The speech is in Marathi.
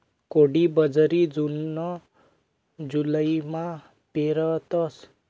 कोडो बाजरी जून जुलैमा पेरतस